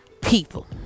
people